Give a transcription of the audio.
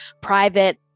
private